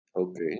Okay